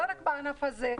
לא רק בענף הזה,